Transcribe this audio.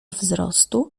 wzrostu